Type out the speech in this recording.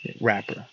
wrapper